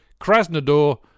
Krasnodar